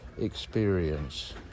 Experience